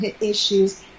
issues